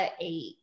eight